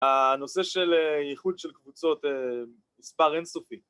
‫הנושא של ייחוד של קבוצות ‫הוא מספר אינסופי.